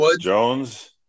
Jones